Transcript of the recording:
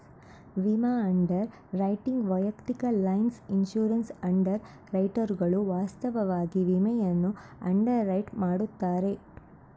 ವಿಮಾ underwriting ವೈಯಕ್ತಿಕ lines insurance ಅಂಡರ್ ರೈಟರುಗಳು ವಾಸ್ತವವಾಗಿ ವಿಮೆಯನ್ನು ಅಂಡರ್ ರೈಟ್ ಮಾಡುತ್ತಾರೆ